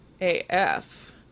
AF